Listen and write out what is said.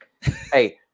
hey